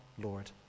Lord